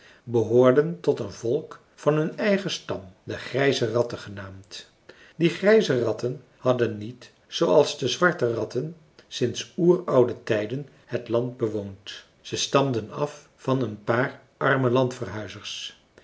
behoorden tot een volk van hun eigen stam de grijze ratten genaamd die grijze ratten hadden niet zooals de zwarte ratten sinds oeroude tijden het land bewoond zij stamden af van een paar arme landverhuizers